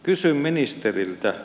kysyn ministeriltä